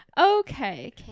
okay